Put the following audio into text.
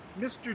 Mr